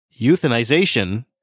euthanization